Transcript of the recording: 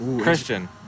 Christian